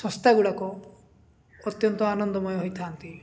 ସଂସ୍ଥା ଗୁଡ଼ାକ ଅତ୍ୟନ୍ତ ଆନନ୍ଦମୟ ହୋଇଥାନ୍ତି